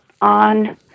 on